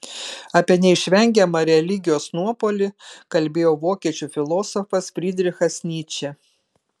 apie neišvengiamą religijos nuopuolį kalbėjo vokiečių filosofas frydrichas nyčė